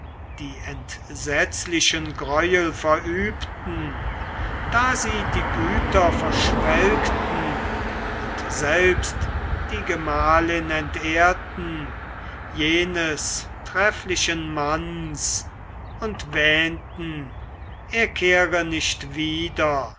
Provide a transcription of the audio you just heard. die entsetzlichen greuel verübten da sie die güter verschwelgten und selbst die gemahlin entehrten jenes trefflichen manns und wähnten er kehre nicht wieder